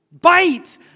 bite